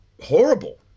horrible